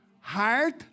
heart